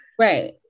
Right